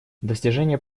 достижение